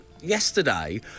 yesterday